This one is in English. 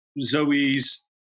Zoe's